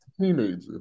teenager